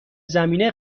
زمینه